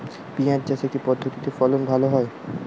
পিঁয়াজ চাষে কি পদ্ধতিতে ফলন ভালো হয়?